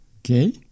Okay